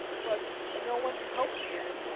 but no one to help me in it.